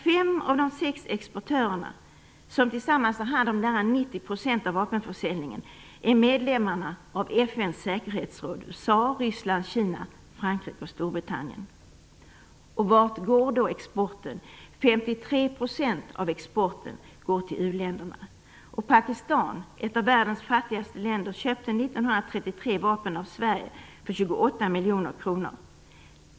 Fem av de sex exportörer som tillsammans står för nära 90 % av vapenförsäljningen är medlemmarna av FN:s säkerhetsråd USA, Ryssland, Kina, Frankrike och Storbritannien. Och vart går då exporten? 53 % av exporten går till u-länderna. Pakistan, ett av världens fattigaste länder, köpte 1933 vapen av Sverige för 28 miljoner kronor.